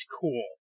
cool